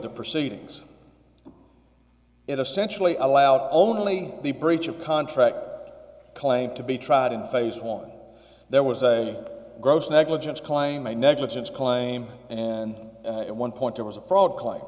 the proceedings essentially allowed only the breach of contract claim to be tried in phase one there was a gross negligence claim a negligence claim and at one point there was a fraud klein